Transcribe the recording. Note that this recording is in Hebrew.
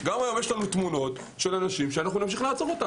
גם היום יש לנו תמונות של אנשים שנמשיך לעצור.